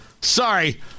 Sorry